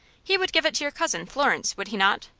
he would give it to your cousin, florence, would he not?